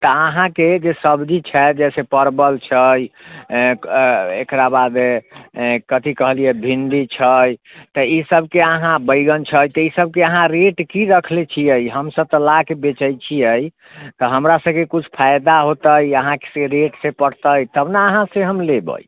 तऽ अहाँके जे सब्जी छै जैसे परवल छै एकरा बाद कथी कहलियै भिण्डी छै तऽ इसभके अहाँ बैंगन छै तऽ ई सभके अहाँ रेट की रखले छियै हम सभ तऽ लाके बेचै छियै तऽ हमरा सभके कुछ फायदा होतै अहाँसँ रेटसे पड़तै तब ने अहाँसँ हम लेबै